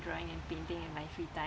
drawing and painting in my free time